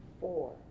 four